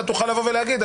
אתה תוכל לבוא ולהגיד,